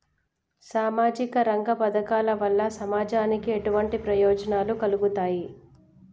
సామాజిక రంగ పథకాల వల్ల సమాజానికి ఎటువంటి ప్రయోజనాలు కలుగుతాయి?